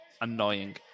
annoying